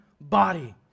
body